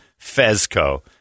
Fezco